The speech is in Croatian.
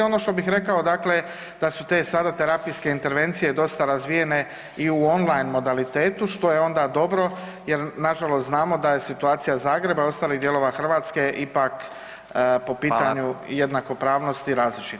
Ono što bih rekao da su sada te terapijske intervencije dosta razvijene i u online modalitetu što je onda dobro jer nažalost znamo da je situacija Zagreba i ostalih dijelova Hrvatske ipak po pitanju [[Upadica: Hvala.]] jednakopravnosti različita.